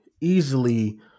Easily